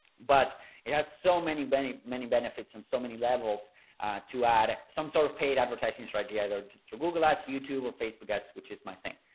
but it has so many many many benefits and so many levels to add some sort of paid advertising strategy either through google ads youtube or facebook ads, which is my thing.